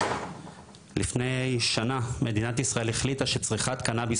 לפני שנה מדינת ישראל החליטה שצריכת קנביס